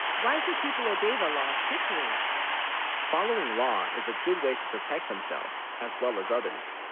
why should people obey the law. strictly following law is a good, way to protect themselves as, well as others